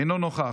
אינו נוכח,